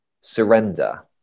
surrender